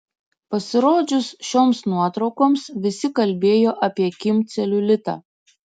pasirodžius šioms nuotraukoms visi kalbėjo apie kim celiulitą